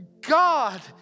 God